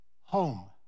home